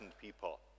people